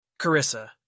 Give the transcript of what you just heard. Carissa